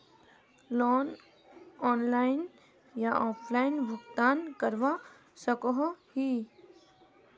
Loan online या offline भुगतान करवा सकोहो ही?